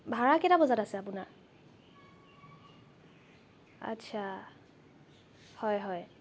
ভাড়া কেইটা বজাত আছে আপোনাৰ আচ্ছা হয় হয়